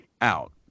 out